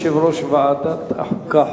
יושב-ראש ועדת החוקה,